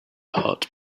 heart